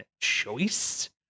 choice